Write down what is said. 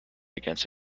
against